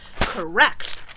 Correct